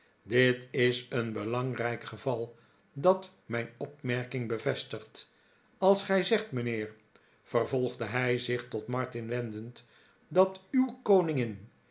dit is een belangrijk geval dat mijn opmerking bevestigt als gij zegt mijnheer vervolgde hij zich tot martin wendend dat uw koningin